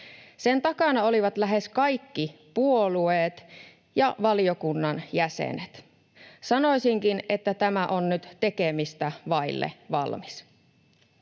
Sen takana olivat lähes kaikki puolueet ja valiokunnan jäsenet. Sanoisinkin, että tämä on nyt tekemistä vaille valmis.